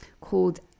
called